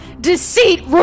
Deceit